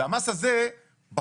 והמס הזה בחוק.